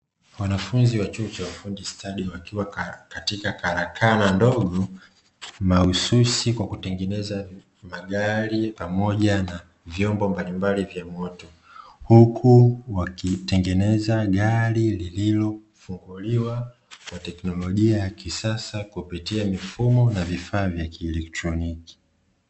Wanafunzi wa chuo cha ufundi stadi wakiwa katika karakana ndogo, mahususi kwa kutengeneza magari pamoja na vyombo mbalimbali vya moto, huku wakitengeneza gari lililofunguliwa kwa tekinolojia ya kisasa, kupitia mifumo na vifaa vya kielekitroniki.